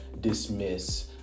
dismiss